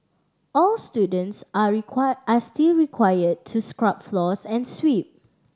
all students are require are still require to scrub floors and sweep